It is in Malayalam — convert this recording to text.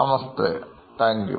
നമസ്തേ താങ്ക്യൂ